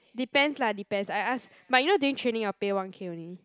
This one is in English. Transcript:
depends lah depends I ask but you know during training your pay one K only